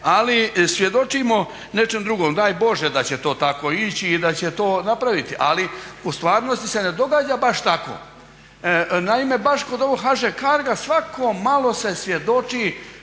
ali svjedočimo nečem drugom. Daj Bože da će to tako ići i da će to napraviti, ali u stvarnosti se ne događa baš tako. Naime, baš kod ovoga HŽ Cargo-a svako malo se svjedoči